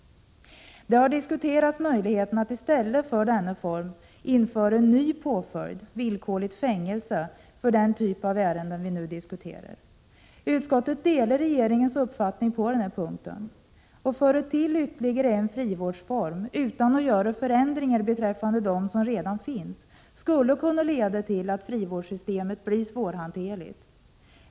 Det har också diskuterats att i stället för denna form införa en ny påföljd, villkorligt fängelse, för den typ av ärenden som vi nu diskuterar. Utskottet delar regeringens uppfattning på den här punkten. Att tillföra ytterligare en frivårdsform utan att göra några förändringar beträffande dem som redan finns skulle kunna leda till att frivårdssystemet blir svårhanterligt.